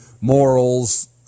morals